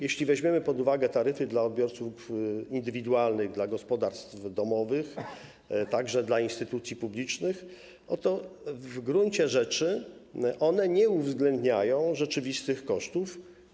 Jeśli weźmiemy pod uwagę taryfy dla odbiorców indywidualnych, dla gospodarstw domowych, także dla instytucji publicznych, to w gruncie rzeczy one nie uwzględniają rzeczywistych kosztów.